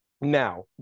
Now